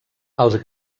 els